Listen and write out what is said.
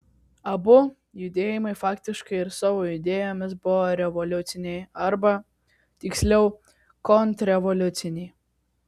abu judėjimai faktiškai ir savo idėjomis buvo revoliuciniai arba tiksliau kontrrevoliuciniai